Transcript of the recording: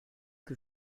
que